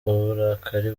uburakari